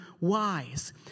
wise